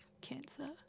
cancer